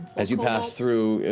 as you pass through,